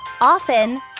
often